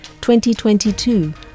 2022